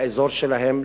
באזור שלהם.